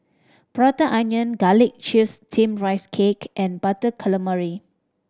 Prata Onion Garlic Chives Steamed Rice Cake and Butter Calamari